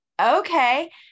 okay